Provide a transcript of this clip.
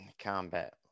combat